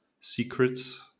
secrets